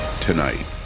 Tonight